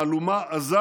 מהלומה עזה